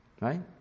right